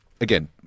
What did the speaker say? again